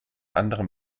anderem